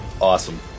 Awesome